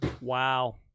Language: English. Wow